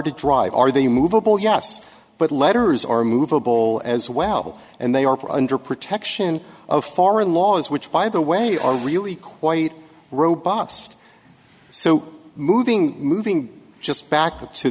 d drive are they move a ball yes but letters are movable as well and they are under protection of foreign laws which by the way are really quite robust so moving moving just back to